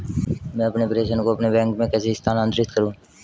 मैं अपने प्रेषण को अपने बैंक में कैसे स्थानांतरित करूँ?